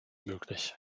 möglich